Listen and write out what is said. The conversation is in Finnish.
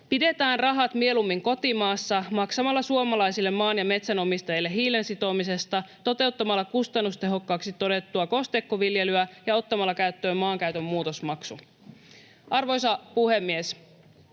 Pidetään rahat mieluummin kotimaassa maksamalla suomalaisille maan- ja metsänomistajille hiilensitomisesta, toteuttamalla kustannustehokkaaksi todettua kosteikkoviljelyä ja ottamalla käyttöön maankäytön muutosmaksu. Arvoisa puhemies!